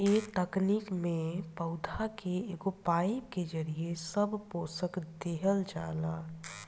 ए तकनीक में पौधा के एगो पाईप के जरिये सब पोषक देहल जाला